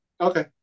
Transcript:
Okay